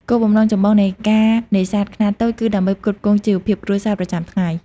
គោលបំណងចម្បងនៃការនេសាទខ្នាតតូចគឺដើម្បីផ្គត់ផ្គង់ ជីវភាពគ្រួសារ ប្រចាំថ្ងៃ។